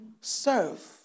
serve